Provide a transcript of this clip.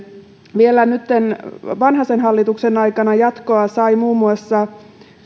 vielä vanhasen hallituksen aikana jatkoa saatiin muun muassa